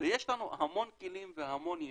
ויש לנו המון כלים והמון ידע.